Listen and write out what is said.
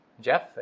Jeff